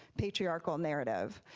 patriarchal narrative.